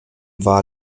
war